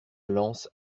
lance